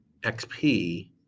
XP